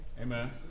Amen